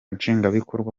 nshingwabikorwa